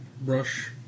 Brush